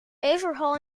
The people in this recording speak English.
overhaul